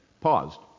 paused